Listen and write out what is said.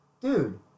dude